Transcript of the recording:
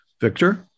Victor